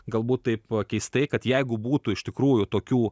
galbūt taip keistai kad jeigu būtų iš tikrųjų tokių